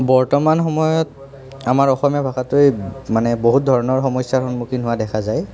বৰ্তমান সময়ত আমাৰ অসমীয়া ভাষাটোৱে মানে বহুত ধৰণৰ সমস্যাৰ সন্মুখীন হোৱা দেখা যায়